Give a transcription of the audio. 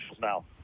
now